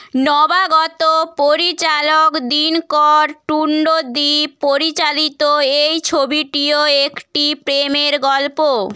নবাগত পরিচালক দিনকর টুন্ডদীপ পরিচালিত এই ছবিটিও একটি প্রেমের গল্প